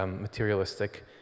materialistic